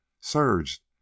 surged